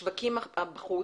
השווקים בחוץ.